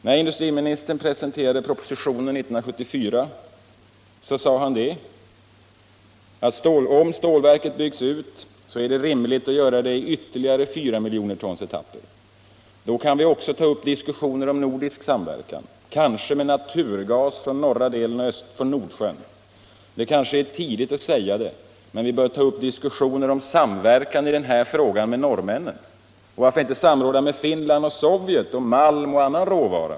När industriministern presenterade propositionen år 1974 sade han att om stålverket byggs ut är det rimligt att göra det i ytterligare fyramiljonertonsetapper. Då kan det också tas upp diskussioner om nordisk samverkan, kanske med naturgas från norra delen av Nordsjön, framhöll han. Det är kanske tidigt att säga det, fortsatte han, men det bör tas upp diskussioner om samverkan i den här frågan med norrmännen, och varför inte samråda med Finland och Sovjet om malm och annan råvara.